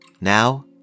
Now